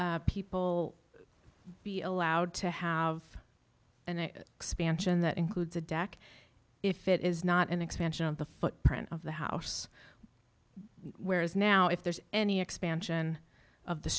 people be allowed to have an expansion that includes a deck if it is not an expansion of the footprint of the house whereas now if there's any expansion of the